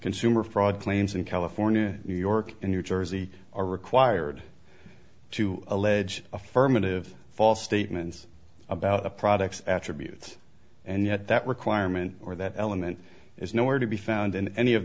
consumer fraud claims in california new york and new jersey are required to allege affirmative false statements about the products attribute and yet that requirement or that element is nowhere to be found in any of